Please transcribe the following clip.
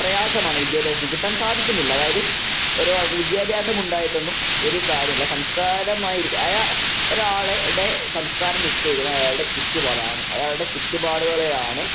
പ്രയാസമാണ് വിദ്യാഭ്യാസത്തിൽ നിന്ന് കിട്ടാന് സാധിക്കുന്നില്ല അതായത് ഒരാള്ക്ക് വിദ്യാഭ്യാസം ഉണ്ടായിട്ടോന്നും ഒരുകാര്യമില്ല സംസ്കാരംമായി ഒരാളുടെ സംസ്കാരം നിശ്ചയിക്കുന്നത് അയാളുടെ ചുറ്റുപാട് ആണ് അയാളുടെ ചുറ്റുപാടുകളെയാണ്